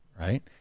right